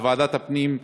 בוועדת הפנים,